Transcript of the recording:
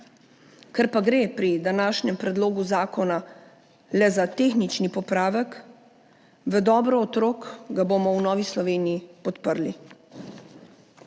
Ker pa gre pri današnjem predlogu zakona le za tehnični popravek v dobro otrok, ga bomo v Novi Sloveniji podprli.